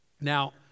Now